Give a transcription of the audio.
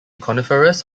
coniferous